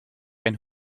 een